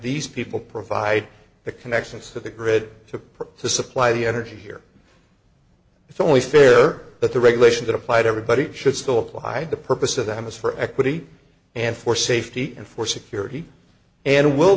these people provide the connections with the grid to supply the energy here it's only fair but the regulation that apply to everybody should still apply the purpose of them is for equity and for safety and for security and will